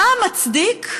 מה מצדיק,